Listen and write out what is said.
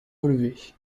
relevé